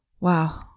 Wow